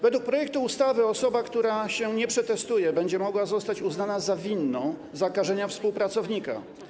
Według projektu ustawy osoba, która się nie przetestuje, będzie mogła zostać uznana za winną zakażenia współpracownika.